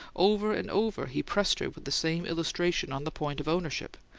over and over he pressed her with the same illustration, on the point of ownership,